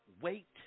wait